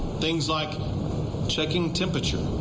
things like checking temperatures.